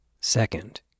Second